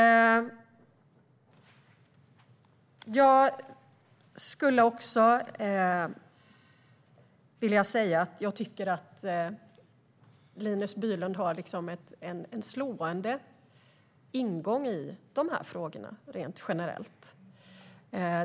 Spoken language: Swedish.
Jag tycker att Linus Bylund har en slående ingång i de här frågorna rent generellt.